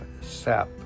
sap